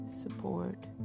support